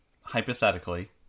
hypothetically